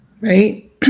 Right